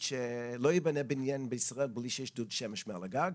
שלא ייבנה בניין בישראל בלי שיש דוד שמש מעל הגג.